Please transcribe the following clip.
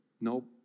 nope